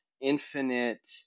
infinite